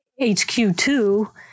HQ2